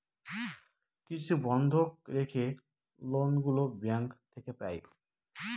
কিছু বন্ধক রেখে লোন গুলো ব্যাঙ্ক থেকে পাই